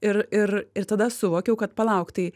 ir ir ir tada suvokiau kad palauk tai